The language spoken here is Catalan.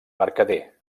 mercader